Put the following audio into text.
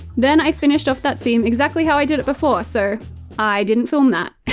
then i finished off that seam exactly how i did it before, so i didn't film that.